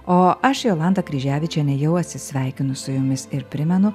o aš jolanta kryževičienė jau atsisveikinu su jumis ir primenu